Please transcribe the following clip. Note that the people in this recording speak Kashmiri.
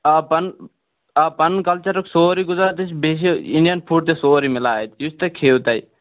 آ پنُن آ پَنُن کَلچَرُک سورُے گُزارٕ چھِ أسۍ بیٚیہِ چھِ اِنٛڈیَن فُڈ تہِ سورُے میلان اتہِ یُتھ تُہۍ کھیٚیِو تُہۍ